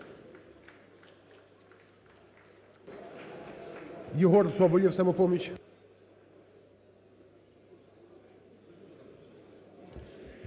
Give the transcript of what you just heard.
Дякую.